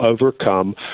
overcome